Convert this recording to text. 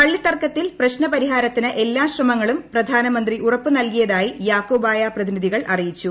പള്ളിത്തർക്കത്തിൽ പ്രശ്നപരിഹാരത്തിന്റ് എല്ലാ ശ്രമങ്ങളും പ്രധാനമന്ത്രി ഉറപ്പ് നൽകിയതായി യാക്ക്കാബായ പ്രതിനിധികൾ അറിയിച്ചു